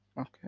okay